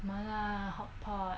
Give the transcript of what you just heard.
mala hotpot